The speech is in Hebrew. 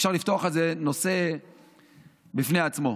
אפשר לפתוח על זה נושא בפני עצמו,